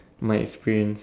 my experience